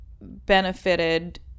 benefited